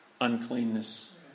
uncleanness